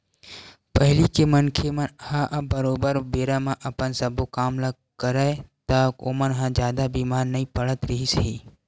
पहिली के मनखे मन ह बरोबर बेरा म अपन सब्बो काम ल करय ता ओमन ह जादा बीमार नइ पड़त रिहिस हे